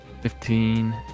fifteen